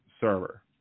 server